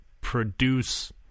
produce